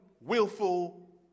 willful